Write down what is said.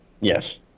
Yes